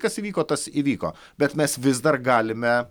kas įvyko tas įvyko bet mes vis dar galime